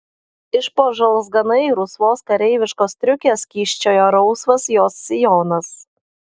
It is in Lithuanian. iš po žalzganai rusvos kareiviškos striukės kyščiojo rausvas jos sijonas